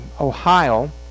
Ohio